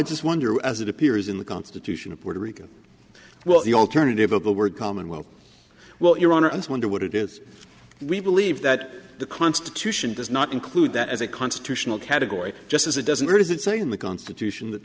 just wonder as it appears in the constitution of puerto rico well the alternative of the word commonwealth will iranians wonder what it is we believe that the constitution does not include that as a constitutional category just as it doesn't does it say in the constitution that